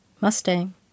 Mustang